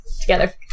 together